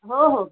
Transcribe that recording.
हो हो